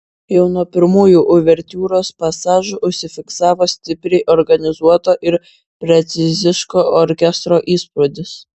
jau nuo pirmųjų uvertiūros pasažų užsifiksavo stipriai organizuoto ir preciziško orkestro įspūdis